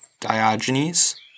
Diogenes